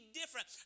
different